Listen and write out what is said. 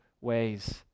ways